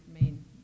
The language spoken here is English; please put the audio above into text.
main